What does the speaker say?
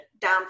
down